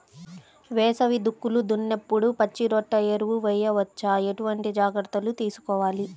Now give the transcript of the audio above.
వేసవి దుక్కులు దున్నేప్పుడు పచ్చిరొట్ట ఎరువు వేయవచ్చా? ఎటువంటి జాగ్రత్తలు తీసుకోవాలి?